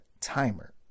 timer